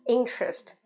Interest